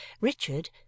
Richard